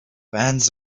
bands